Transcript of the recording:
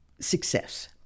success